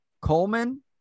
Coleman